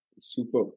Super